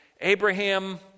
Abraham